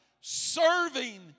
serving